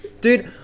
Dude